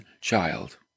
child